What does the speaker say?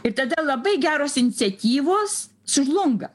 ir tada labai geros iniciatyvos sužlunga